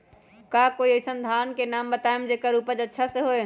का कोई अइसन धान के नाम बताएब जेकर उपज अच्छा से होय?